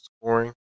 scoring